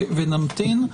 נמתין.